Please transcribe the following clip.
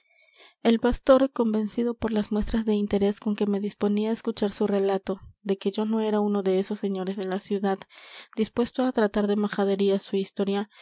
el pastor convencido por las muestras de interés conque me disponía á escuchar su relato de que yo no era uno de esos señores de la ciudad dispuesto á tratar de majaderías su historia